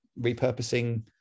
repurposing